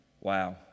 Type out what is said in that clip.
Wow